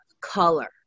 color